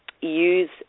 use